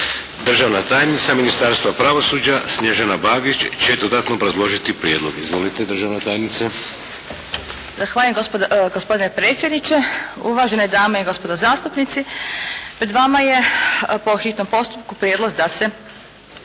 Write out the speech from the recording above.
Državna tajnica Ministarstva pravosuđa Snježana Bagić će dodatno obrazložiti prijedlog. Izvolite državna tajnice. **Bagić, Snježana** Zahvaljujem gospodine predsjedniče. Uvažene dame i gospodo zastupnici, pred vama je po hitnom postupku prijedlog da se